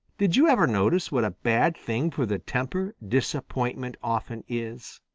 did you ever notice what a bad thing for the temper disappointment often is?